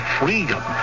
freedom